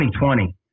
2020